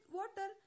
water